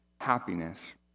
happiness